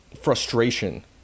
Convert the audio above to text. frustration